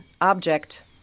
object